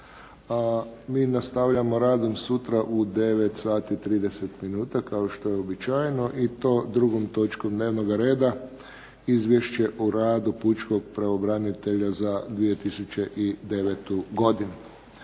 mi nastavljamo s radom sutra u 9,30 sati kao što je uobičajeno i to drugom točkom dnevnog reda Izvješće o radu pučkog pravobranitelja za 2009. godinu.